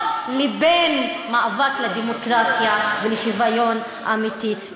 לבין מאבק לדמוקרטיה ולשוויון אמיתי.